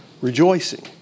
Rejoicing